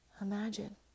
Imagine